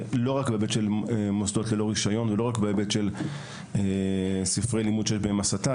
לא רק בהיבט של מוסדות ללא רישיון ולא רק בספרי לימוד עם תכני הסתה,